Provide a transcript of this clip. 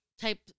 type